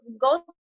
go